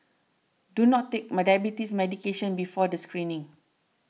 do not take my diabetes medication before the screening